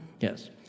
Yes